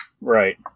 Right